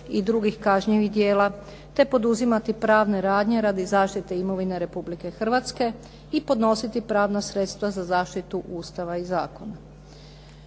i drugih kažnjivih djela te poduzimati pravne radnje radi zaštite imovine Republike Hrvatske i podnositi pravna sredstva za zaštitu Ustava i zakona.